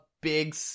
big